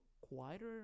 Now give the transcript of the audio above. quieter